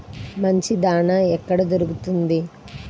మంచి దాణా ఎక్కడ దొరుకుతుంది?